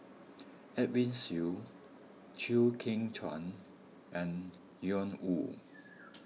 Edwin Siew Chew Kheng Chuan and Ian Woo